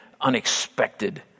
unexpected